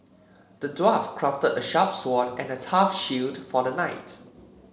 the dwarf crafted a sharp sword and a tough shield for the knight